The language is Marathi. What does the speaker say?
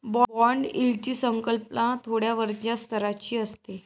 बाँड यील्डची संकल्पना थोड्या वरच्या स्तराची असते